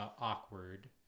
awkward